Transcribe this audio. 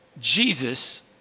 Jesus